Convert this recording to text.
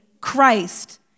Christ